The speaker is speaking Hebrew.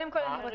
מה?